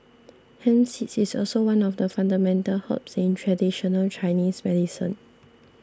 hemp seed is also one of the fundamental herbs in traditional Chinese medicine